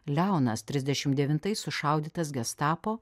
leonas trisdešim devintais sušaudytas gestapo